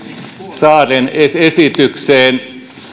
saaren esitykseen